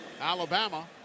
alabama